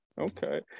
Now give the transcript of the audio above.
Okay